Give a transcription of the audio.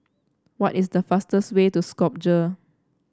what is the fastest way to Skopje